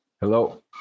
Hello